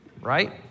Right